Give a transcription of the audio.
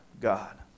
God